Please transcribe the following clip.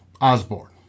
Osborne